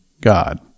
God